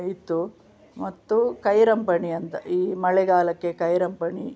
ಇತ್ತು ಮತ್ತು ಕೈರಂಪಣಿ ಅಂತ ಈ ಮಳೆಗಾಲಕ್ಕೆ ಕೈರಂಪಣಿ